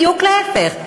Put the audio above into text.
בדיוק להפך.